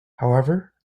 however